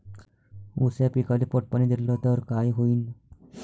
ऊस या पिकाले पट पाणी देल्ल तर काय होईन?